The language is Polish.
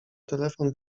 telefon